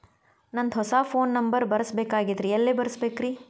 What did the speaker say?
ನಂದ ಹೊಸಾ phone number ಬರಸಬೇಕ್ ಆಗೈತ್ರಿ ಎಲ್ಲೆ ಬರಸ್ಬೇಕ್ರಿ?